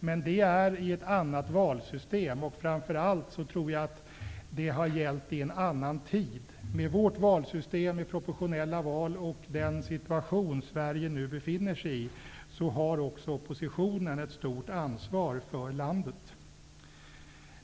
Men det gäller i ett annat valsystem, och framför allt tror jag att det har gällt i en annan tid. I vårt valsystem med proportionella val och i den situation som Sverige nu befinner sig i har också oppositionen ett stort ansvar för landet.